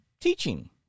teaching